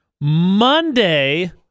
Monday